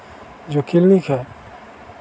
जो किल्निक हैं